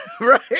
right